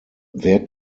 wer